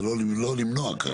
זה לא למנוע, כרגע.